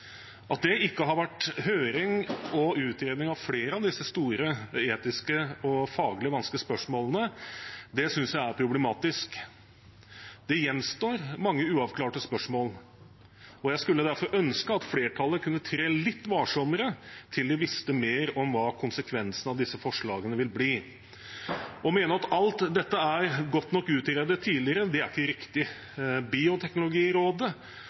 At det ikke har vært høring om og utredning av flere av disse store etiske og faglig vanskelige spørsmålene, synes jeg er problematisk. Det gjenstår mange uavklarte spørsmål, og jeg skulle derfor ønske at flertallet kunne trå litt varsommere til de visste mer om hva konsekvensene av disse forslagene vil bli. Å mene at alt dette er godt nok utredet tidligere, er ikke riktig. Bioteknologirådet